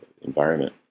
environment